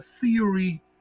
theory